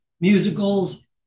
musicals